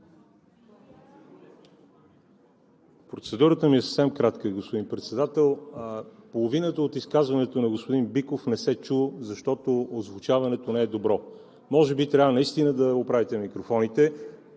Процедурата ми е съвсем кратка, господин Председател. Половината от изказването на господин Биков не се чу, защото озвучаването не е добро. Може би трябва наистина да оправите микрофоните,